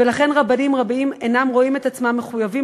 ולכן רבנים רבים אינם רואים עצמם מחויבים